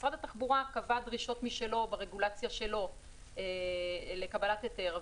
משרד התחבורה קבע דרישות משלו ברגולציה שלו לקבלת היתר,